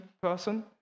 person